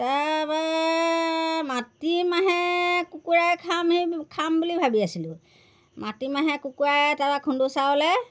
তাৰপৰা মাটিমাহে কুকুৰাই খাম সেই খাম বুলি ভাবি আছিলোঁ মাটিমাহে কুকুৰাই তাৰপৰা খুন্দু চাউলে